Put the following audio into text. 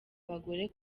abagore